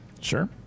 Sure